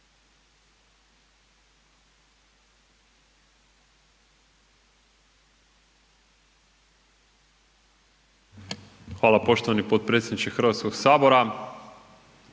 Hvala poštovani potpredsjedniče Hrvatskog sabora.